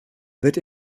wird